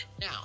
Now